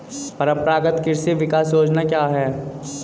परंपरागत कृषि विकास योजना क्या है?